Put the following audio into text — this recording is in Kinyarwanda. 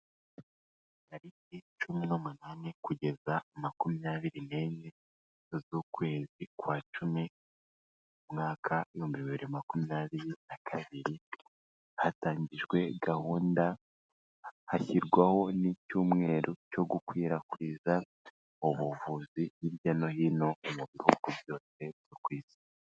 Tariki cumi n'umunani kugeza makumyabiri n'enye z'ukwezi kwa cumi, mu mwaka w'ibihumbi bibiri makumyabiri na bibiri, hatangijwe gahunda, hashyirwaho n'icyumweru cyo gukwirakwiza ubuvuzi hirya no hino mu bihugu byose byo ku Isi.